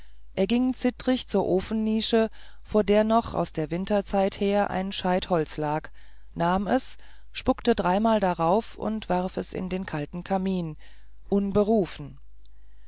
er ging zittrig zur ofennische vor der noch aus der winterszeit her ein scheit holz lag nahm es spuckte dreimal darauf und warf es in den kalten kamin